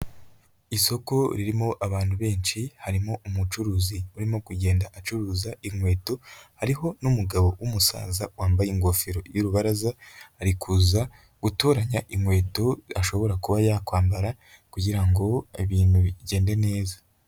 Isoko ririmo abantu benshi, harimo umucuruzi urimo kugenda acuruza inkweto, hariho n'umugabo w'umusaza wambaye ingofero y'urubaraza ari kuza gutoranya inkweto ashobora kuba yakwambara kugira ngo ibintu bigende neza.